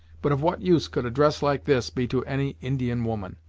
but of what use could a dress like this be to any indian woman?